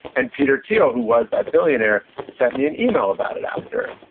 and peter thiel, who was that billionaire, sent me an email about it after,